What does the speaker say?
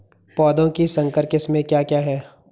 पौधों की संकर किस्में क्या क्या हैं?